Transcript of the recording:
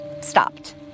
stopped